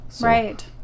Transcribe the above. right